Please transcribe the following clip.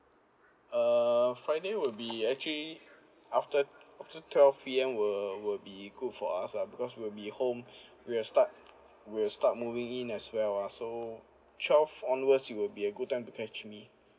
uh friday will be actually after after twelve P_M will will be good for us lah because we'll be home we'll start we'll start moving in as well ah so twelve onwards it will be a good time to catch me